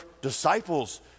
disciples